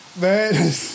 man